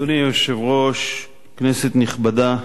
אדוני היושב-ראש, כנסת נכבדה,